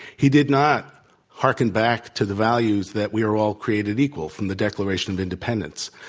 he did not harken back to the values that we were all created equal, from the declaration of independence.